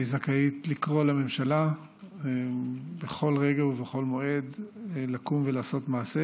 והיא זכאית לקרוא לממשלה בכל רגע ובכל מועד לקום ולעשות מעשה.